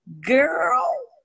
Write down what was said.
Girl